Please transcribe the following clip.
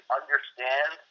understand